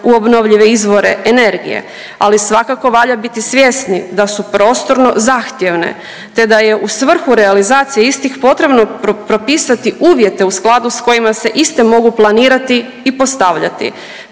u obnovljive izvore energije, ali svakako valja biti svjesni da su prostorno zahtjevne, te da je u svrhu realizacije istih potrebno propisati uvjete u skladu sa kojima se iste mogu planirati i postavljati